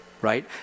Right